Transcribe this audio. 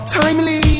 timely